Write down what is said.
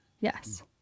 Yes